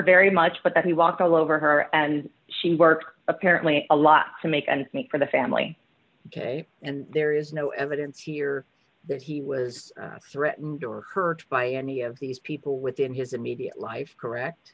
very much but that he walked all over her and she worked apparently a lot to make ends meet for the family and there is no evidence here that he was threatened or hurt by any of these people within his immediate life correct